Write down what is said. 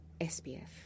SPF